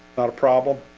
not a problem.